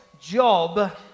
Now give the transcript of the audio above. job